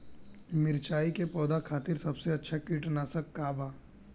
मिरचाई के पौधा खातिर सबसे अच्छा कीटनाशक का बा?